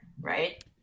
right